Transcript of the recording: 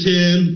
Ten